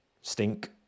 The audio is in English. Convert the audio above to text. Stink